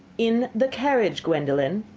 in the carriage, gwendolen!